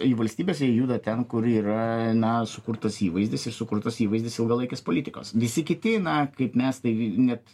į valstybes jie juda ten kur yra na sukurtas įvaizdis ir sukurtas įvaizdis ilgalaikės politikos visi kiti na kaip mes tai net